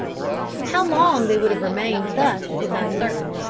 how long they would have remained thus is uncertain,